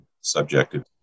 subjective